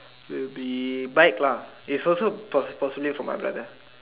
will be bike lah is also pos~ possibly for my brother